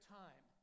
time